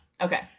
Okay